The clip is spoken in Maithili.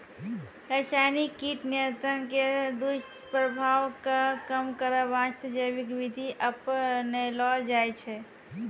रासायनिक कीट नियंत्रण के दुस्प्रभाव कॅ कम करै वास्तॅ जैविक विधि अपनैलो जाय छै